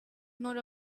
nor